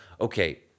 okay